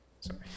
Sorry